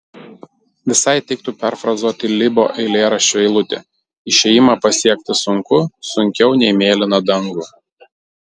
visai tiktų perfrazuoti libo eilėraščio eilutę išėjimą pasiekti sunku sunkiau nei mėlyną dangų